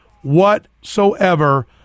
whatsoever